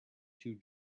two